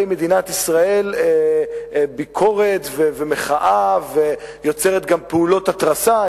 מדינת ישראל ביקורת ומחאה ויוצרת גם פעולות התרסה.